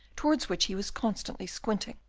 towards which he was constantly squinting,